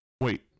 wait